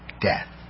death